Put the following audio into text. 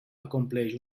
acompleix